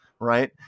Right